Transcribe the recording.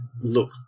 look